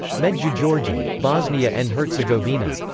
medjugorje, bosnia and herzegovina.